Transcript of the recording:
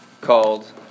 called